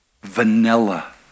vanilla